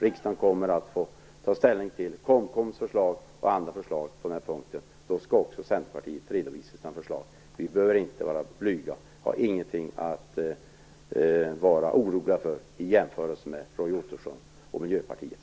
Riksdagen kommer att få ta ställning till KOMKOM:s förslag och andra förslag på denna punkt. Då skall också Centerpartiet redovisa sina förslag. Vi behöver inte vara blyga. Vi har ingenting att vara oroliga för i jämförelse med Roy Ottosson och Miljöpartiet.